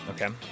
Okay